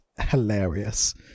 hilarious